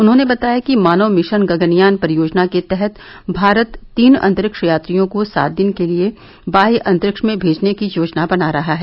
उन्होंने बताया कि मानव मिशन गगनयान परियोजना के तहत भारत तीन अंतरिक्ष यात्रियों को सात दिन के लिए बाह्य अंतरिक्ष में भेजने की योजना बना रहा है